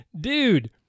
dude